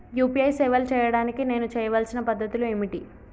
UPI సేవలు చేయడానికి నేను చేయవలసిన పద్ధతులు ఏమిటి?